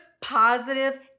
positive